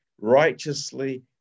righteously